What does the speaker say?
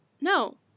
no